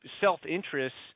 self-interests